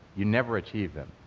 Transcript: you'll never achieve them.